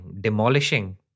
demolishing